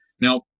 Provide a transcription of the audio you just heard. Now